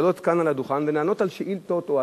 לעלות כאן על הדוכן ולענות על שאילתות או על